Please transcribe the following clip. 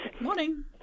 Morning